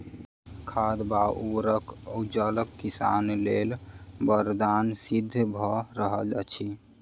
खाद वा उर्वरक आजुक किसान लेल वरदान सिद्ध भ रहल अछि